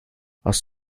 hast